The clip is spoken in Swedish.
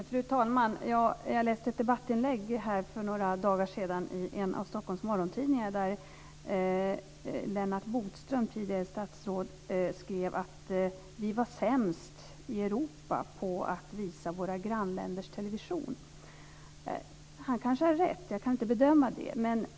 Fru talman! Jag läste ett debattinlägg för några dagar sedan i en av Stockholms morgontidningar där Lennart Bodström, tidigare statsråd, skrev att vi var sämst i Europa på att visa våra grannländers television. Han har kanske rätt. Jag kan inte bedöma det.